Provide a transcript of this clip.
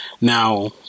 Now